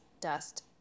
dust